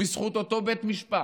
בזכות אותו בית משפט.